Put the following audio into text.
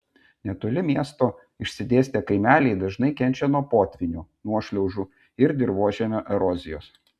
netoli miesto išsidėstę kaimeliai dažnai kenčia nuo potvynių nuošliaužų ir dirvožemio erozijos